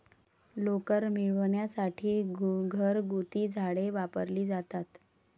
लोकर मिळविण्यासाठी घरगुती झाडे वापरली जातात